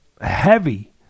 heavy